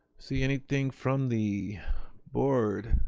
see anything from the board?